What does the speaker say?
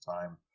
time